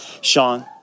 Sean